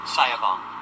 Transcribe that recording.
Sayabong